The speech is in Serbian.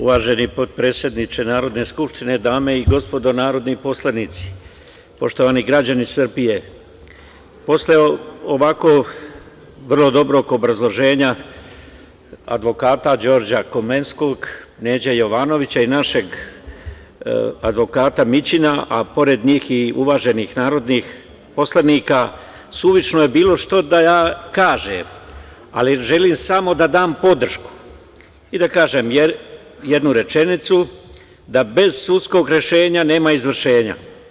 Uvaženi potpredsedniče Narodne skupštine, dame i gospodo narodni poslanici, poštovani građani Srbije, posle ovako vrlo dobrog obrazloženja advokata Đorđa Komlenskog, Neđe Jovanovića i našeg advokata Mićina, a pored njih i uvaženih narodnih poslanika, suvišno je bilo šta da ja kažem, ali želim samo da dam podršku i da kažem jednu rečenicu da bez sudskog rešenja nema izvršenja.